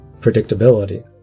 predictability